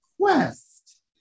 quest